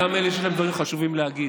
גם אלה שיש להם דברים חשובים להגיד.